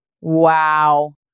Wow